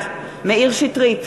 מאיר שטרית,